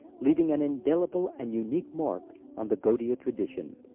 leaving an indelible and unique mark on the gaudiya tradition.